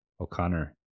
O'Connor